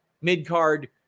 Mid-card